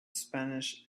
spanish